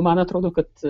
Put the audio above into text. man atrodo kad